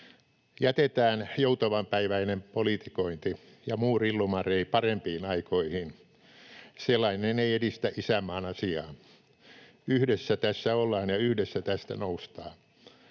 Jätetään joutavanpäiväinen politikointi ja muu rillumarei parempiin aikoihin. Sellainen ei edistä isänmaan asiaa. Yhdessä tässä ollaan ja yhdessä tästä noustaan.